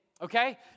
Okay